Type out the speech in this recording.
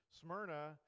Smyrna